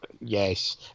Yes